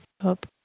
up